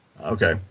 Okay